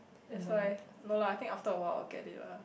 that's why no lah I think after awhile I will get it lah